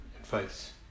advice